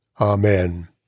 Amen